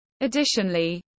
Additionally